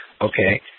Okay